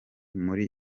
muri